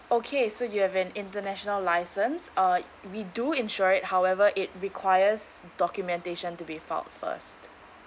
okay so you have an international license uh we do insure it however it requires documentation to brief up first